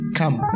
come